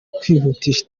kwihutisha